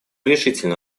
решительно